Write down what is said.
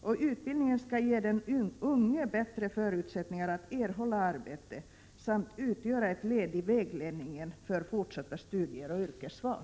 Denna utbildning skall ge den unge bättre förutsättningar att erhålla arbete samt utgöra ett led i vägledningen för fortsatta studier och yrkesval.